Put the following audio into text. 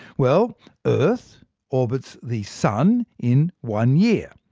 well earth orbits the sun in one year,